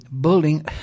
building